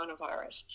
coronavirus